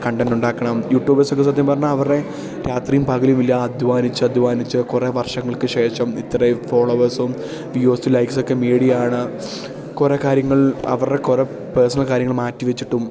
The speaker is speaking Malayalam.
കണ്ടൻ്റ് ഉണ്ടാക്കണം യൂട്യൂബേഴ്സൊക്കെ സത്യം പറഞ്ഞാൽ അവരുടെ രാത്രിയും പകലുമില്ല അധ്വാനിച്ച് അധ്വാനിച്ച് കുറേ വർഷങ്ങൾക്കുശേഷം ഇത്രയേ ഫോളോവേഴ്സും വ്യൂവേഴ്സും ലൈക്സൊക്കെ നേടിയാണ് കുറേ കാര്യങ്ങൾ അവരുടെ കുറേ പേഴ്സണൽ കാര്യങ്ങൾ മാറ്റി വെച്ചിട്ടും